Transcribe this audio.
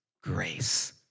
grace